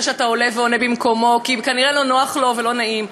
שאתה עולה ועונה במקומו כי כנראה לא נוח לו ולא נעים,